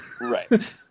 Right